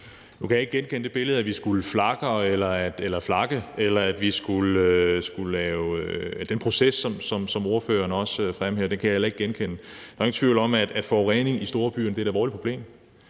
Nu kan jeg ikke genkende billedet af, at vi skulle flakke. Den proces, som ordføreren også kommer med her, kan jeg heller ikke genkende. Der er jo ingen tvivl om, at forurening i storbyerne er et alvorligt problem.